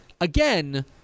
Again